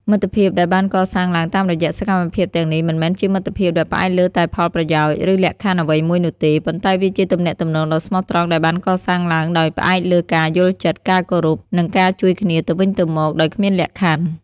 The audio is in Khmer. មិត្តភាពដែលបានកសាងឡើងតាមរយៈសកម្មភាពទាំងនេះមិនមែនជាមិត្តភាពដែលផ្អែកលើតែផលប្រយោជន៍ ឬលក្ខខណ្ឌអ្វីមួយនោះទេ ប៉ុន្តែវាជាទំនាក់ទំនងដ៏ស្មោះត្រង់ដែលបានកសាងឡើងដោយផ្អែកលើការយល់ចិត្ត ការគោរព និងការជួយគ្នាទៅវិញទៅមកដោយគ្មានលក្ខខណ្ឌ។